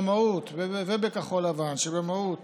ובכחול לבן, שבמהות